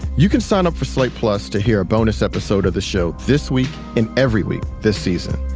you can sign up for slate plus to hear a bonus episode of the show this week and every week this season.